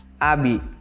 Abby